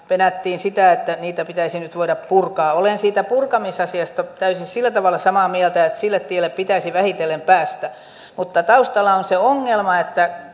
penättiin sitä että niitä pitäisi nyt voida purkaa olen siitä purkamisasiasta sillä tavalla täysin samaa mieltä että sille tielle pitäisi vähitellen päästä mutta taustalla on on se ongelma että